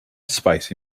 spicy